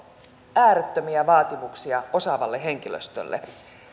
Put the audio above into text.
äärettömiä vaatimuksia osaavalle henkilöstölle